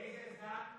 מאיזה זן זה?